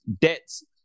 debts